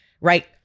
Right